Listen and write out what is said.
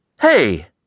Hey